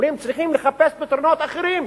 אומרים, צריך לחפש פתרונות אחרים.